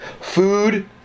food